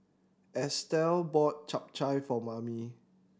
Estel bought Chap Chai for Mamie